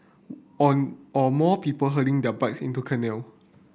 or or more people hurling their bikes into canal